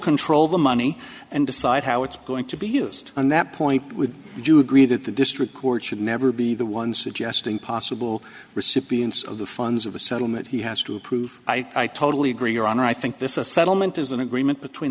control the money and decide how it's going to be used and that point would you agree that the district court should never be the one suggesting possible recipients of the funds of a settlement he has to prove i totally agree your honor i think this is a settlement is an agreement between